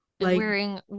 wearing